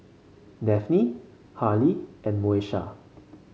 Daphne Harley and Moesha